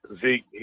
Zeke